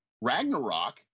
Ragnarok